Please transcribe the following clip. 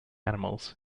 animals